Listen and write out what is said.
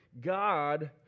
God